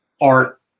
art